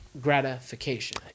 gratification